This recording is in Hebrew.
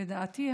לדעתי,